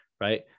right